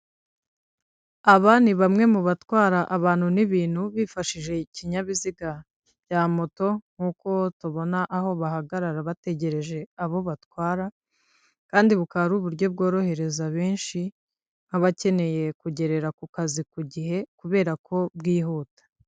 Aba ni bamwe mu batwara abantu n'ibintu bifashishije ikinyabiziga cya moto nk'uko tubona aho bahagarara bategereje abo batwara kandi bukaba ari uburyo bworohereza benshi nk'abakeneye kugerera ku kazi ku gihe kubera ko bwihuta.